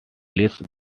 lists